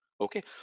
okay